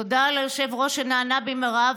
תודה ליושב-ראש על שנענה במהרה,